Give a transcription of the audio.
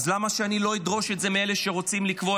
למה שאני לא אדרוש את זה מאלה שרוצים לקבוע